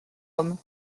homme